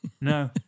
No